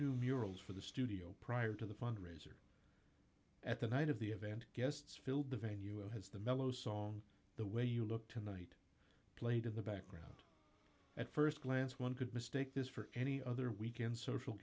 murals for the studio prior to the fundraiser at the night of the event guests filled the venue has the mellow song the way you look tonight played in the background at st glance one could mistake this for any other weekend social